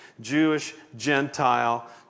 Jewish-Gentile